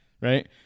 Right